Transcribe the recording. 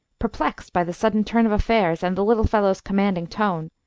perplexed by the sudden turn of affairs and the little fellow's commanding tone,